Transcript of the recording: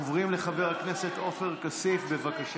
עוברים לחבר הכנסת עופר כסיף, בבקשה.